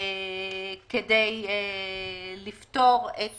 כדי לפתור את